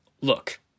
Look